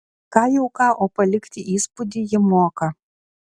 ką jau ką o palikti įspūdį ji moka